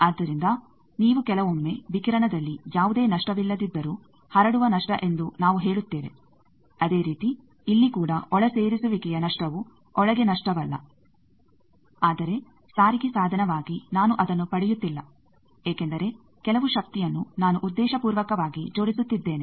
ಆದ್ದರಿಂದ ನೀವು ಕೆಲವೊಮ್ಮೆ ವಿಕಿರಣದಲ್ಲಿ ಯಾವುದೇ ನಷ್ಟವಿಲ್ಲದಿದ್ದರೂ ಹರಡುವ ನಷ್ಟ ಎಂದು ನಾವು ಹೇಳುತ್ತೇವೆ ಅದೇ ರೀತಿ ಇಲ್ಲಿ ಕೂಡ ಒಳಸೇರಿಸುವಿಕೆಯ ನಷ್ಟವು ಒಳಗೆ ನಷ್ಟವಲ್ಲ ಆದರೆ ಸಾರಿಗೆ ಸಾಧನವಾಗಿ ನಾನು ಅದನ್ನು ಪಡೆಯುತ್ತಿಲ್ಲ ಏಕೆಂದರೆ ಕೆಲವು ಶಕ್ತಿಯನ್ನು ನಾನು ಉದ್ದೇಶಪೂರ್ವಕವಾಗಿ ಜೋಡಿಸುತ್ತಿದ್ದೇನೆ